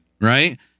Right